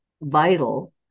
vital